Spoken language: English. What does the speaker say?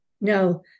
No